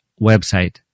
website